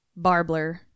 Barbler